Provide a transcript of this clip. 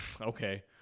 Okay